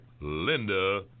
Linda